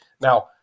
Now